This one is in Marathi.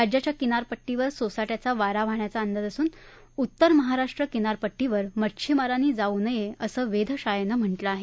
राज्याच्या किनारपट्टीवर सोसाट्याचा वारा वाहण्याचा अंदाज असून उत्तर महाराष्ट्र किनारपट्टीवर मच्छिमारांनी जाऊ नये असं वेधशाळेनं म्हटलं आहे